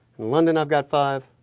london i've got five,